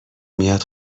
میاد